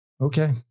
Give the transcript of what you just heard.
Okay